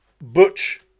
butch